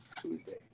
Tuesday